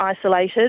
isolated